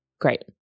great